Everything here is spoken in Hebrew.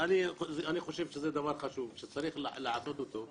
אני חושב שזה דבר חשוב שצריך לעשות אותו.